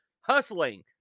hustling